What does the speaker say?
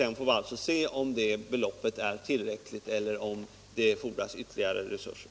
Sedan får vi alltså se om det beloppet är tillräckligt eller om det fordras ytterligare resurser.